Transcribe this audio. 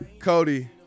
Cody